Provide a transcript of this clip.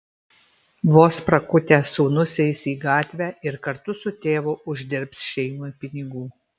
vos prakutęs sūnus eis į gatvę ir kartu su tėvu uždirbs šeimai pinigų